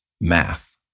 math